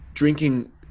drinking